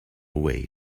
way